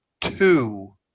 two